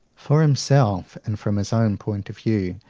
for himself, and from his own point of view,